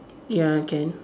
ya can